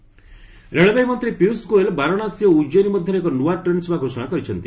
ଗୋଏଲ୍ ମହାକାଳ ରେଳବାଇ ମନ୍ତ୍ରୀ ପିୟୁଷ ଗୋଏଲ୍ ବାରାଣସୀ ଓ ଉଜୟିନୀ ମଧ୍ୟରେ ଏକ ନୂଆ ଟ୍ରେନ୍ସେବା ଘୋଷଣା କରିଛନ୍ତି